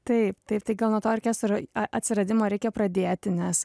taip taip tai gal nuo to orkestro a atsiradimo reikia pradėti nes